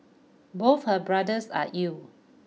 both her brothers are ill